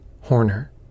Horner